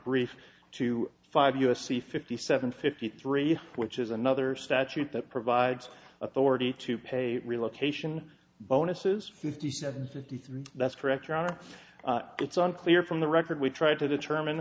brief two five u s c fifty seven fifty three which is another statute that provides authority to pay relocation bonuses that's correct your honor it's unclear from the record we tried to determine